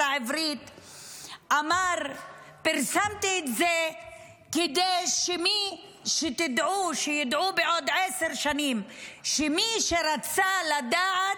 אמר: פרסמתי את זה כדי שידעו בעוד עשר שנים שמי שרצה לדעת,